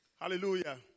Hallelujah